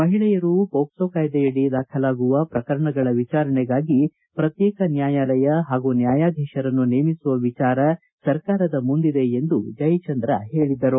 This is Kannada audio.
ಮಹಿಳೆಯರು ಮೋಕ್ಸೊ ಕಾಯ್ದೆಯಡಿ ದಾಖಲಾಗುವ ಪ್ರಕರಣಗಳ ವಿಚಾರಣೆಗಾಗಿ ಪ್ರತ್ವೇಕ ನ್ವಾಯಾಲಯ ಪಾಗೂ ನ್ವಾಯಾಧೀಶರನ್ನು ನೇಮಿಸುವ ವಿಚಾರ ಸರ್ಕಾರದ ಮುಂದಿದೆ ಎಂದು ಹೇಳಿದರು